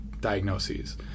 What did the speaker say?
diagnoses